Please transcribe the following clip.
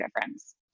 difference